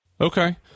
Okay